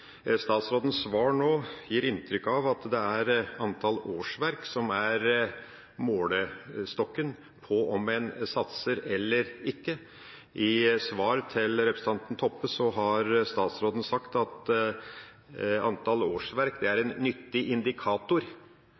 Statsrådens svar gir inntrykk av at det er antall årsverk som er målestokken på om en satser eller ikke. I svar til representanten Toppe har statsråden sagt at antall årsverk er en nyttig indikator.